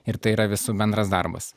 ir tai yra visų bendras darbas